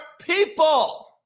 people